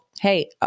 Hey